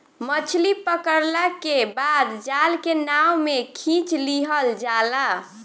मछली पकड़ला के बाद जाल के नाव में खिंच लिहल जाला